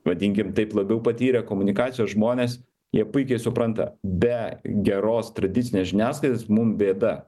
vadinkim taip labiau patyrę komunikacijos žmonės jie puikiai supranta be geros tradicinės žiniasklaidos mum bėda